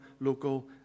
local